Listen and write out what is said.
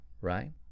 right